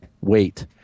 wait